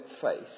faith